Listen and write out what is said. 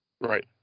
Right